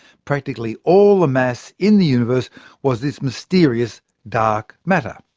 practically all the mass in the universe was this mysterious dark matter.